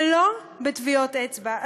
ולא בטביעות אצבע.